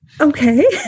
Okay